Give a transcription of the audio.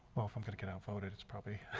well if i'm gonna get outvoted, it's probably